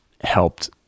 helped